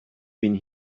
been